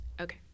Okay